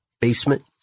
basement